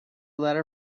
letter